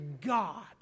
God